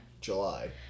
July